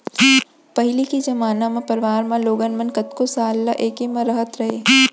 पहिली के जमाना म परवार म लोगन मन कतको साल ल एके म रहत रहें